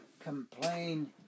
complain